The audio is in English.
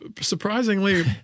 surprisingly